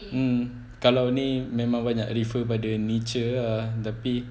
mm kalau ni memang banyak refer pada nature ah tapi